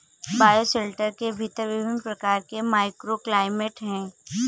bioshelter के भीतर विभिन्न प्रकार के माइक्रोक्लाइमेट हैं